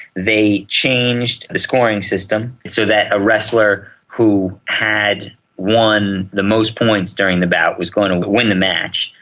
they changed the scoring system so that a wrestler who had won the most points during the bout was going to win the match.